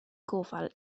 gofal